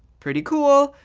pretty cool.